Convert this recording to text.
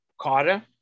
Carter